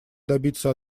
добиться